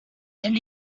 then